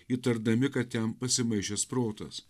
įtardami kad jam pasimaišęs protas